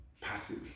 passive